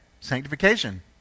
Sanctification